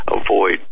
avoid